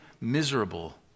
miserable